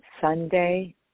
Sunday